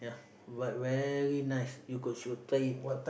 yeah but very nice you could should try it